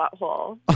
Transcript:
butthole